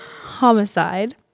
homicide